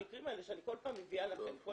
המקרים האלה שאני כל פעם מביאה לכם,